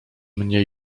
mnie